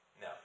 No